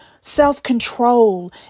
self-control